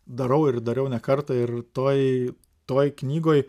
darau ir dariau ne kartą ir toj toj knygoj